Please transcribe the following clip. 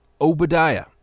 Obadiah